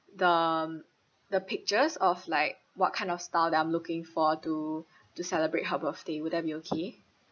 the um the pictures of like what kind of style that I'm looking for to to celebrate her birthday will that be okay